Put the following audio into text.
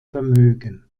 vermögen